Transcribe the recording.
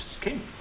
skin